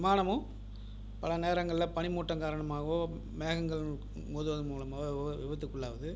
விமானமும் பல நேரங்களில் பனிமூட்டம் காரணமாகவோ மேகங்கள் மோதுவது மூலமாகவோ வி விபத்துக்குள்ளாகுது